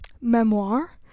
memoir